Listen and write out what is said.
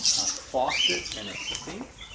a faucet and a sink.